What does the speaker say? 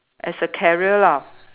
as a carrier lah